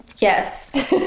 Yes